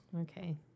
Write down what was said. okay